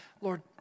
Lord